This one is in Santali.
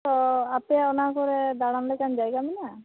ᱛᱚ ᱟᱯᱮ ᱚᱱᱟ ᱠᱚᱨᱮ ᱫᱟᱲᱟᱱ ᱞᱮᱠᱟᱱ ᱡᱟᱭᱜᱟ ᱢᱮᱱᱟᱜᱼᱟ